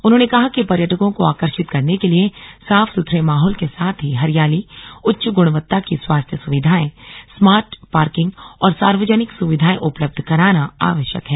उन्होंने कहा कि पर्यटकों को आकर्षित करने के लिए साफ सुथरे माहौल के साथ ही हरियाली उच्च गुणवत्ता की स्वास्थ्य सुविधाएं स्मार्ट पार्किंग और सार्वजनिक सुविधाएं उपलब्ध कराना आवश्यक है